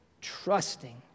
trusting